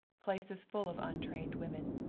place is full of untrained women.